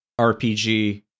RPG